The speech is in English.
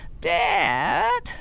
dad